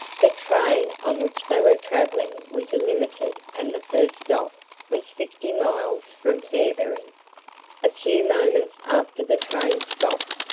the train on which they were traveling was a limited and the first stop was fifty miles from fairberry. a few moments after the train stopped,